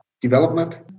development